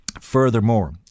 Furthermore